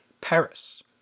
Paris